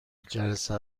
جلسه